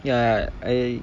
ya I